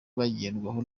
bagerwaho